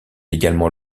également